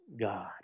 God